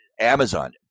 Amazon